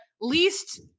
least